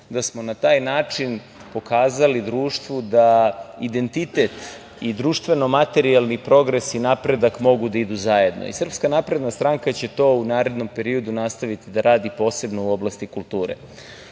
da smo na taj način pokazali društvu da identitet i društveno materijalni progres i napredak mogu da idu zajedno i SNS će to u narednom periodu nastaviti da radi posebno u oblasti kulture. Uspeli